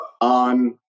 on